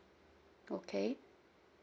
okay